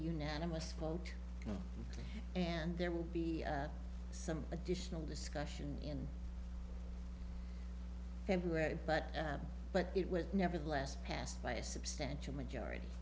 unanimous vote and there would be some additional discussion in february but but it was nevertheless passed by a substantial majority